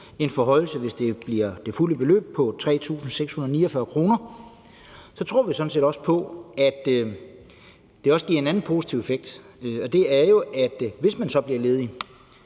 en forhøjelse, som, hvis det bliver det fulde beløb, er på 3.649 kr. – så tror vi sådan set også på, at det giver en anden positiv effekt, og det er jo, at man, hvis man bliver ledig,